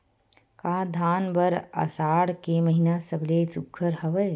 का धान बर आषाढ़ के महिना सबले सुघ्घर हवय?